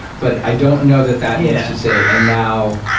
but i don't know that that needs to say, and now,